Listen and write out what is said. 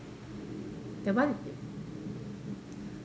that one